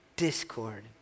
discord